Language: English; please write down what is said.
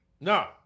No